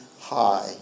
high